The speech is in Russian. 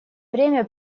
время